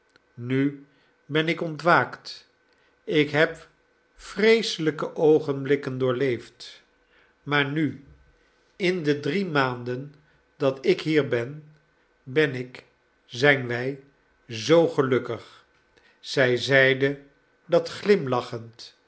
nu ben ik ontwaakt ik heb vreeselijke oogenblikken doorleefd maar nu in de drie maanden dat ik hier ben ben ik zijn wij zoo gelukkig zij zeide dat glimlachend